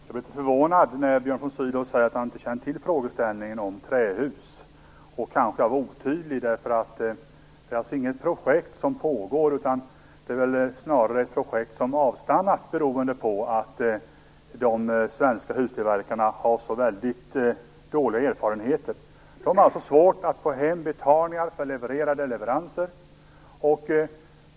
Herr talman! Jag blir litet förvånad när Björn von Sydow säger att han inte känner till frågeställningen om trähus. Jag kanske var otydlig. Det är alltså inget projekt som pågår, utan det är snarare ett projekt som har avstannat, beroende på att de svenska hustillverkarna har så dåliga erfarenheter. De har alltså svårt att få betalt för gjorda leveranser.